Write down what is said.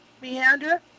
meander